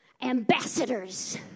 ambassadors